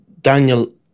Daniel